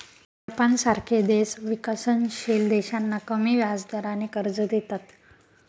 जपानसारखे देश विकसनशील देशांना कमी व्याजदराने कर्ज देतात